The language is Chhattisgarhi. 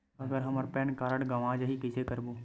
अगर हमर पैन कारड गवां जाही कइसे करबो?